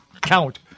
count